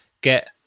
get